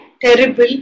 terrible